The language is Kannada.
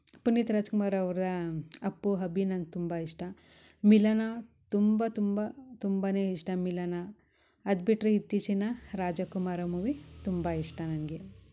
ಪುನೀತ್ ರಾಜ್ಕುಮಾರ್ ಅವ್ರ ಅಪ್ಪು ಅಭಿ ನಂಗೆ ತುಂಬಾ ಇಷ್ಟ ಮಿಲನ ತುಂಬ ತುಂಬ ತುಂಬಾನೆ ಇಷ್ಟ ಮಿಲನ ಅದು ಬಿಟ್ಟರೆ ಇತ್ತೀಚಿನ ರಾಜಕುಮಾರ ಮೂವಿ ತುಂಬಾ ಇಷ್ಟ ನನ್ಗೆ